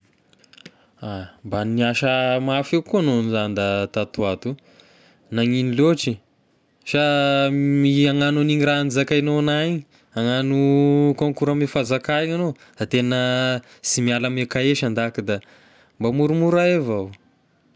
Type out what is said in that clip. Ah! mba niasa mafy akoa agnao za nda tato ho ato, nagnino laotry? Sa mi- agnano an'igny raha nizakaignao anahy igny? Hagnano concours ame fanzaka igny agnao fa tegna sy miala ame kahier sha nda ki da, mba moramora ay avao.